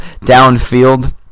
downfield